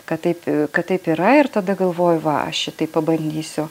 kad taip kad taip yra ir tada galvoju va aš šitaip pabandysiu